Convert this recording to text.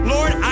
Lord